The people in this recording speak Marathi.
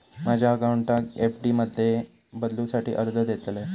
माझ्या अकाउंटाक एफ.डी मध्ये बदलुसाठी अर्ज देतलय